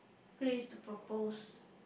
place to propose